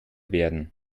werden